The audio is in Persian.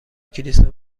کلیسا